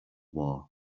war